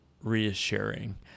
reassuring